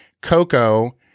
Coco